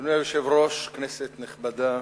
אדוני היושב-ראש, כנסת נכבדה,